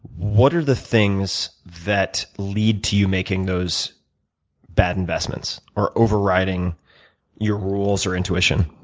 what are the things that lead to you making those bad investments or overriding your rules or intuition?